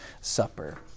Supper